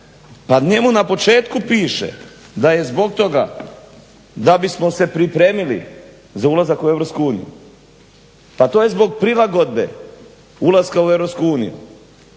pa njemu na početku piše da je zbog toga da bismo se pripremili za ulazak u EU, pa to je zbog prilagodbe ulaska u EU.